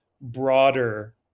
broader